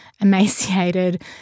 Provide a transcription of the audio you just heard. emaciated